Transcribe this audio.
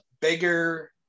bigger